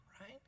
right